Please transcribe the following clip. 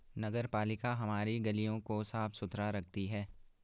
नगरपालिका हमारी गलियों को साफ़ सुथरा रखती है